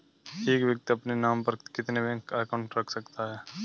एक व्यक्ति अपने नाम पर कितने बैंक अकाउंट रख सकता है?